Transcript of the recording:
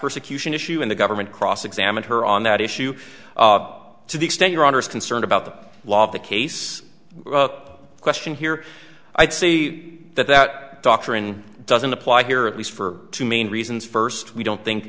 persecution issue and the government cross examined her on that issue to the extent your honor is concerned about the law of the case question here i'd say that that doctrine doesn't apply here at least for two main reasons first we don't think